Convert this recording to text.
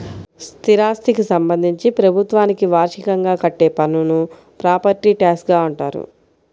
స్థిరాస్థికి సంబంధించి ప్రభుత్వానికి వార్షికంగా కట్టే పన్నును ప్రాపర్టీ ట్యాక్స్గా అంటారు